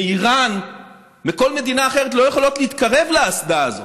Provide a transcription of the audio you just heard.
מאיראן ומכל מדינה אחרת לא יכולות להתקרב לאסדה הזאת.